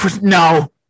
No